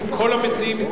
כל המציעים שנמצאים פה,